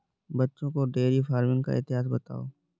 बच्चों को dairy farming का इतिहास बताओ